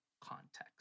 context